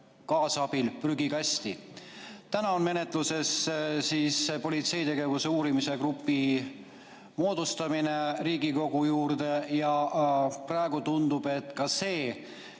kaasabil prügikasti. Täna on menetluses politsei tegevuse uurimiseks grupi moodustamine Riigikogu juurde. Praegu tundub, et ka see